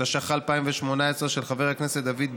התשע"ח 2018, של חבר הכנסת דוד ביטן,